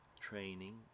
training